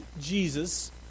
Jesus